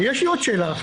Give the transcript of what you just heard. יש לי עוד שאלה.